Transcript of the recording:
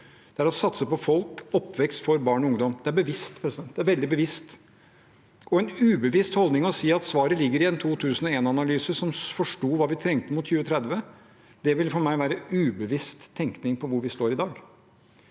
det. Vi må satse på folk – oppvekst for barn og ungdom. Det er bevisst, veldig bevisst. En ubevisst holdning er å si at svaret ligger i en 2001analyse som forsto hva vi ville trenge mot 2030. Det ville for meg være en ubevisst tenkning om hvor vi står i dag.